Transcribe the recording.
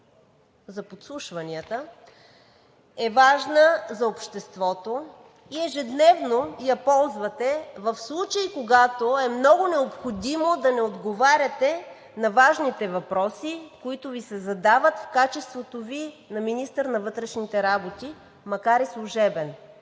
за подслушванията е важна за обществото и ежедневно я ползвате в случаи, когато е много необходимо да не отговаряте на важните въпроси, които Ви се задават в качеството Ви на министър на вътрешните работи, макар и служебен.